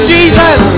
Jesus